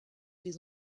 des